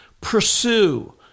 pursue